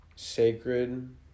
sacred